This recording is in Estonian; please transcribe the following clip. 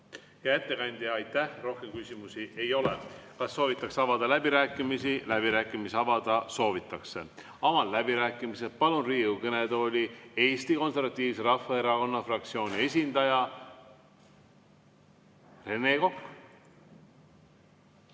Hea ettekandja, aitäh! Rohkem küsimusi ei ole. Kas soovitakse avada läbirääkimised? Läbirääkimised soovitakse avada. Avan läbirääkimised ja palun Riigikogu kõnetooli Eesti Konservatiivse Rahvaerakonna fraktsiooni esindaja Rene Koka.